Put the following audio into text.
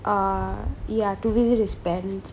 err ya to visit his parents